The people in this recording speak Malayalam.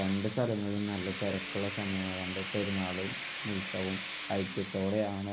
രണ്ട് സ്ഥലങ്ങളിലും നല്ല തിരക്കുളള സമയമായത് കൊണ്ട് പെരുന്നാളും ഉത്സവവും ഐക്യത്തോടെയാണ്